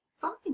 fine